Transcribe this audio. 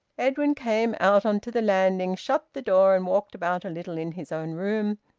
edwin came out on to the landing, shut the door, and walked about a little in his own room.